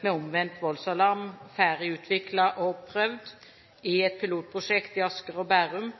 med omvendt voldsalarm ferdig utviklet og prøvd i et pilotprosjekt i Asker og Bærum,